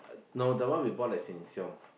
no that one we bought at Sheng-Siong